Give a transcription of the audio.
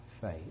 faith